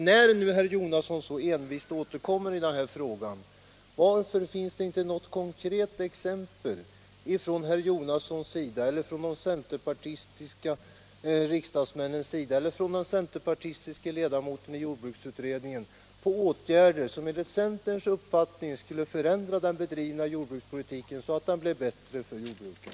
När nu herr Jonasson så envist återkommer i den här frågan, varför finns det inte från herr Jonasson, från de centerpartistiska riksdagsmännen eller från den centerpartistiske ledamoten i jordbruksutredningen något konkret exempel på åtgärder som enligt centerns uppfattning skulle förändra den bedrivna jordbrukspolitiken, så att den blev bättre för jordbrukarna?